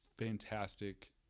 fantastic